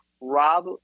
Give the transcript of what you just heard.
Rob